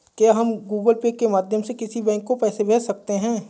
क्या हम Google pay के माध्यम से किसी बैंक को पैसे भेज सकते हैं?